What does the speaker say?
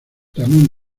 ramon